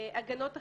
הגנות אחרות.